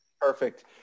Perfect